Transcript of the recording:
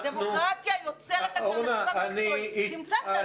דמוקרטיה יוצרת אלטרנטיבה --- אורנה,